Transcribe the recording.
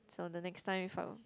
so the next time if I were